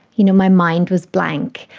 you know, my mind was blank.